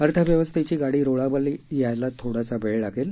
अर्थव्यवस्थेची गाडी रुळावर यायला थोडा वेळ लागेल